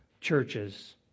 churches